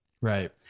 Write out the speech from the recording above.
Right